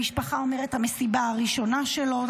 המשפחה אומרת שזו מסיבת הטרנס הראשונה שלו,